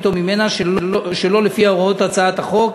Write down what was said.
או ממנה שלא לפי הוראות הצעת החוק.